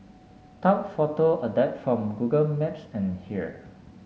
top photo adapted from Google Maps and here